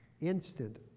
instant